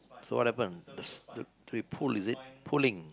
so what happen this the pull is it pulling